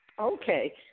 Okay